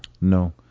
No